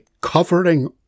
covering